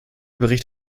bericht